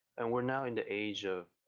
and we're now in the age of,